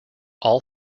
all